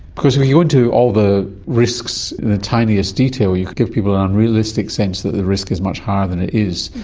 because if you go into all the risks in the tiniest detail, you could give people an unrealistic sense that the risk is much higher than it is.